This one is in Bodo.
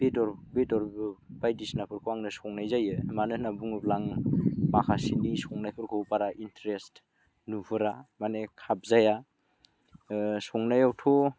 बेदर बेदर बायदिसिनाफोरखौ आंनो संनाय जायो मानो होनना बुङोब्ला आं माखासेनि संनायफोरखौ बारा इन्ट्रेस्ट नुहरा माने खाबजाया माने संनायावथ'